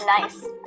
Nice